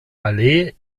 allee